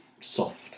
soft